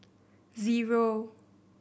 zero